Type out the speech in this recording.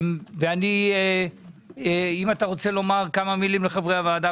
אם אתה רוצה לומר כמה מילים לחברי הוועדה,